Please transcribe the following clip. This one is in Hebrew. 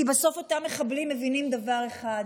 כי בסוף אותם מחבלים מבינים דבר אחד,